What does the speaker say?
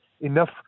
enough